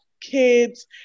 kids